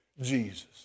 Jesus